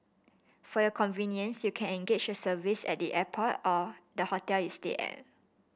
for your convenience you can engage a service at the airport or the hotel you stay at